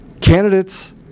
candidates